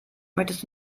möchtest